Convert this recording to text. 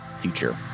future